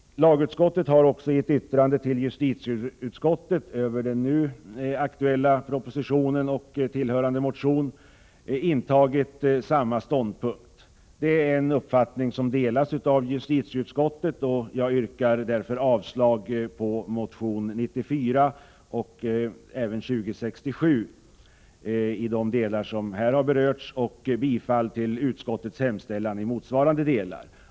Lagutskottet har också i ett yttrande till justitieutskottet över den nu aktuella propositionen och den i anslutning därtill väckta motionen intagit samma ståndpunkt. Den uppfattning som framförts delas av justitieutskottet. Med det anförda yrkar jag avslag på motionerna 94 och 2067 i de delar som här har berörts och bifall till utskottets hemställan i motsvarande delar.